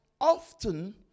often